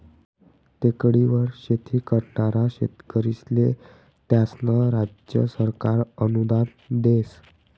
टेकडीवर शेती करनारा शेतकरीस्ले त्यास्नं राज्य सरकार अनुदान देस